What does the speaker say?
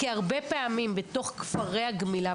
כי הרבה פעמים בתוך כפרי הגמילה,